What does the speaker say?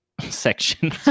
section